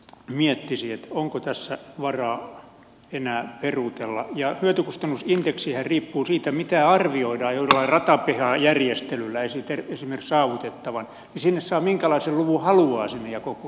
mie kysyä onko tässä varaa enää peruutella ja hyöty kustannus indeksiä riippuu siitä mitä arvioita jotka ratapihajärjestelylläesitetä kysymys saavutettavan silmissä minkälaisen haluaisimme ja koko